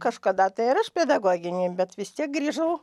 kažkada tai ir aš pedagoginį bet vis tiek grįžau